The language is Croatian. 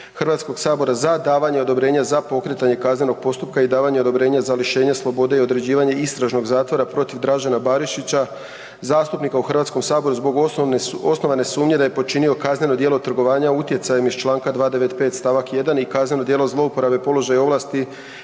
Hrvatskoga sabora za davanje odobrenja za pokretanje kaznenog postupka i davanje odobrenja za lišenje slobode i određivanje istražnog zatvora protiv Dražena Barišića, zastupnika u HS-u zbog osnovane sumnje da je počinio kazneno djelo trgovanja utjecajem iz čl. 295. st. 1. i kazneno djelo zlouporabe položaja i ovlasti